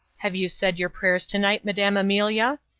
have you said your prayers tonight, madam amelia?